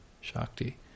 Shakti